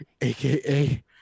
aka